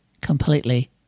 Completely